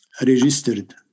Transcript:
registered